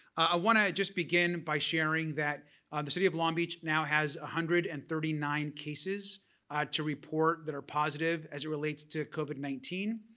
i want to just begin by sharing that the city of long beach now has one hundred and thirty nine cases to report that are positive as it relates to covid nineteen.